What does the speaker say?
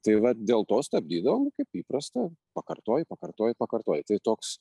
tai va dėl to stabdydavom kaip įprasta pakartoji pakartoji pakartoji tai toks